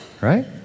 Right